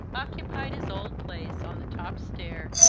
occupied his old place on the top stair,